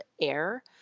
air